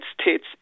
states